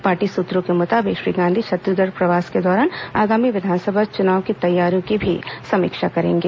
party सूत्रों के मुताबिक श्री गांधी छत्तीसगढ़ प्रवास के दौरान आगामी विधानसभा चुनाव की तैयारियों की भी समीक्षा करेंगे